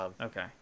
okay